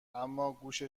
اماگوش